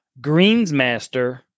Greensmaster